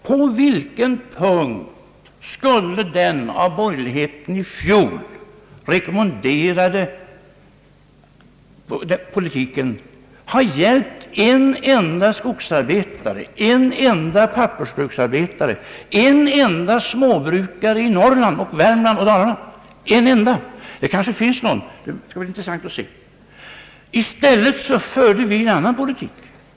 På vilken punkt skulle den av borgerligheten i fjol rekommenrerade politiken ha hjälpt en enda skogsarbetare, en enda pappersbruksarbetare, en enda småbrukare i Norrland, i Värmland och i Dalarna? I stället förde vi en annan politik.